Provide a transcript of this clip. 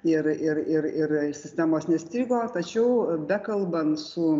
ir ir ir ir sistemos nestrigo tačiau bekalbant su